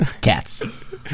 Cats